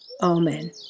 Amen